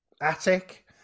attic